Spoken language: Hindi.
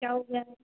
क्या हो गया है